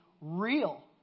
real